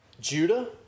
Judah